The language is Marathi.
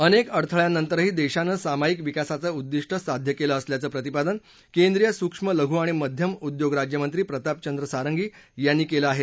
अनेक अडथळ्यांनंतरही देशानं सामायिक विकासाचं उद्दिष्ट साध्य केलं असल्याचं प्रतिपादन केंद्रीय सूक्ष्म लघु आणि मध्यम उद्योग राज्यमंत्री प्रतापचंद्र सारंगी यांनी केलं आहे